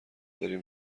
بریم